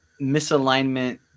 misalignment